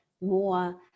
more